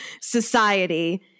society